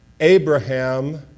Abraham